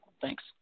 Thanks